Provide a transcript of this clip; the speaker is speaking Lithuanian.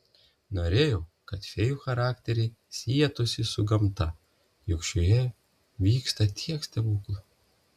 norėjau kad fėjų charakteriai sietųsi su gamta juk šioje vyksta tiek stebuklų